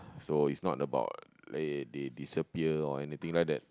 so it's not about they they disappear or anything like that